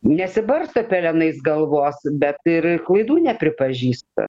nesibarsto pelenais galvos bet ir ir klaidų nepripažįsta